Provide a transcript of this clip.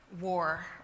war